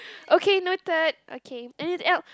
okay noted okay any else